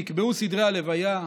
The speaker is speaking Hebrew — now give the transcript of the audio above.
נקבעו סדרי הלוויה,